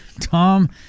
Tom